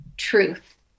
truth